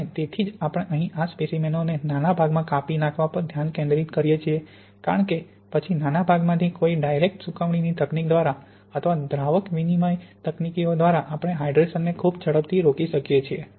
અને તેથી જ આપણે અહીં આ સ્પેસીમેનોને નાના ભાગમાં કાપી નાખાવા પર ધ્યાન કેન્દ્રિત કરીએ છીએ કારણ કે પછી નાના ભાગ માંથી કોઈ ડાઇરેક્ટ સૂકવણીની તકનીક દ્વારા અથવા દ્રાવક વિનિમય તકનીકો દ્વારા આપણે હાઇડ્રેશનને ખૂબ ઝડપથી રોકી શકીએ છીએ